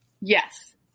Yes